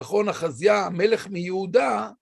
נכון אחזיה, מלך מיהודה